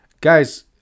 Guys